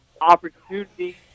opportunity